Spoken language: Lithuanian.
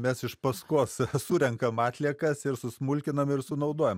mes iš paskos surenkam atliekas ir susmulkinam ir sunaudojam